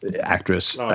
actress